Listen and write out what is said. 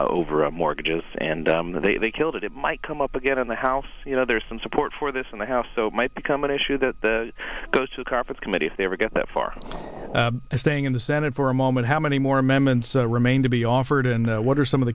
over mortgages and that they they killed it it might come up again on the house you know there is some support for this in the house so might become an issue that the goes to conference committee if they ever get that far as staying in the senate for a moment how many more amendments remain to be offered and what are some of